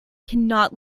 cannot